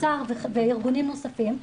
סה"ר וארגונים נוספים,